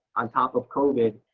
on top of covid,